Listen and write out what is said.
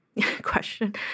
question